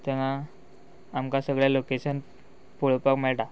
थंय आमकां सगळे लोकेशन पळोवपाक मेळटा